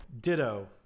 Ditto